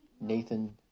Nathan